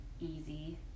easy